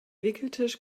wickeltisch